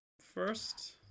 first